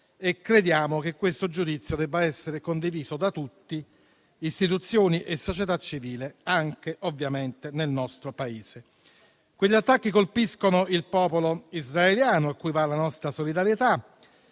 e crediamo che questo giudizio debba essere condiviso da tutti, istituzioni e società civile, anche ovviamente nel nostro Paese. Gli attacchi colpiscono il popolo israeliano, cui va la nostra solidarietà,